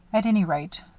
at any rate,